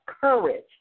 courage